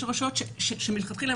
יש רשויות שאומרות מלכתחילה,